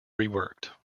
reworked